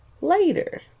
later